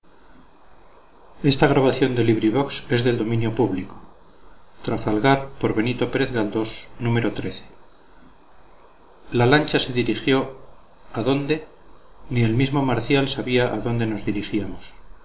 sentidos la lancha se dirigió a dónde ni el mismo marcial sabía a dónde nos dirigíamos